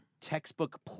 textbook